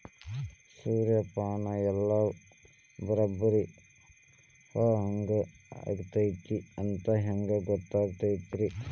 ಸೂರ್ಯಪಾನ ಎಲ್ಲ ಬರಬ್ಬರಿ ಹೂ ಆಗೈತಿ ಅಂತ ಹೆಂಗ್ ಗೊತ್ತಾಗತೈತ್ರಿ?